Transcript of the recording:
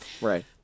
Right